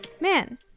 man